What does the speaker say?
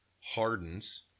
hardens